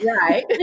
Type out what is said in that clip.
Right